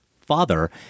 father